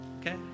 okay